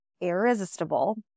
irresistible